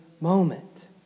moment